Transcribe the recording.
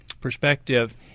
perspective